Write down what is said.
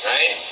Right